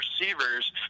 receivers